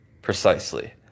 Precisely